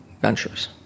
ventures